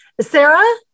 Sarah